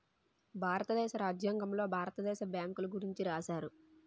భారతదేశ రాజ్యాంగంలో భారత దేశ బ్యాంకుల గురించి రాశారు